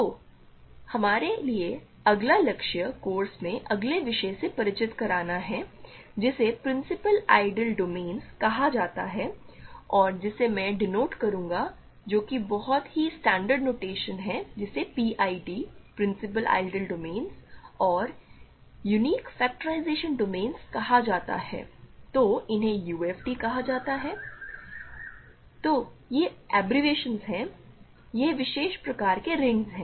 तो हमारे लिए अगला लक्ष्य कोर्स में अगले विषय से परिचित कराना है जिसे प्रिंसिपल आइडियल डोमेन्स कहा जाता है और जिसे मैं डेनोटे करूंगा जो कि बहुत ही स्टैंडर्ड नोटेशन है जिसे PID प्रिंसिपल आइडियल डोमेन्स और यूनिक फैक्टराइजेशन डोमेन्स कहा जाता है तो इन्हें UFD कहा जाता है तो ये अब्बरेवाशंस हैं ये विशेष प्रकार के रिंग्स हैं